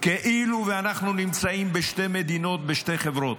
כאילו אנחנו נמצאים בשתי מדינות, בשתי חברות.